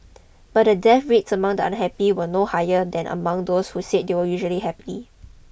but the death rates among the unhappy were no higher than among those who said they were usually happy